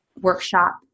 workshop